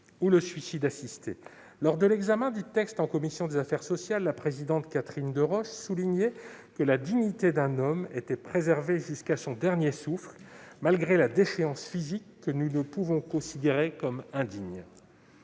ou au suicide assisté. Lors de l'examen du texte en commission des affaires sociales, la présidente Catherine Deroche soulignait que la dignité d'un homme était préservée jusqu'à son dernier souffle, malgré la déchéance physique, que nous ne pouvons pas considérer comme indigne.